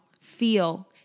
Feel